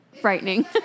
frightening